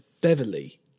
Beverly